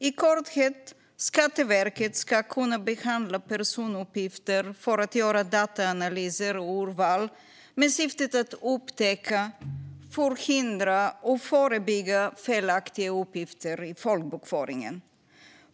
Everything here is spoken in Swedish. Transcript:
I korthet: Skatteverket ska kunna behandla personuppgifter för att göra dataanalyser och urval med syftet att upptäcka, förhindra och förebygga felaktiga uppgifter i folkbokföringen.